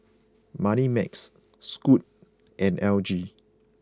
Moneymax Scoot and L G